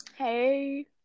Hey